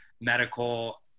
medical